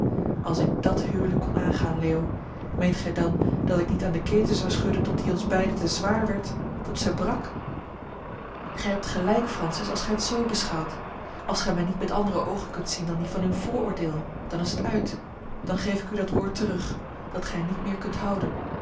als ik dàt huwelijk kon aangaan leo meent gij dan dat ik niet aan de keten zou schudden tot die ons beiden te zwaar werd tot zij brak gij hebt gelijk francis als gij het zoo beschouwt als gij mij niet met andere oogen kunt zien dan die van uw vooroordeel dan is het uit dan geef ik u dat woord terug dat gij niet meer kunt houden